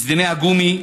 בסדיני הגומי,